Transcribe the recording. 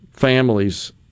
families